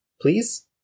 Please